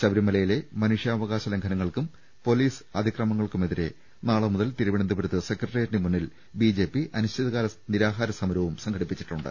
ശബരിമലയിലെ മനുഷ്യാവകാശ ലംഘനങ്ങൾക്കും പൊലീസ് അതി ക്രമങ്ങൾക്കുമെതിരെ നാളെ മുതൽ തിരുവനന്തപുരത്ത് ബിജെപി അനിശ്ചിതകാല നിരാഹാര സമരവും സംഘടിപ്പിച്ചിട്ടുണ്ട്